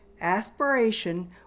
aspiration